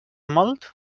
molt